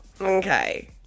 okay